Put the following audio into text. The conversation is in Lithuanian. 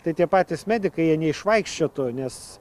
tai tie patys medikai jie neišvaikščiotų nes